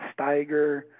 Steiger